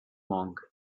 monk